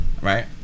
Right